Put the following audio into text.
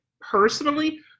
personally